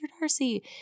Darcy